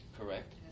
Correct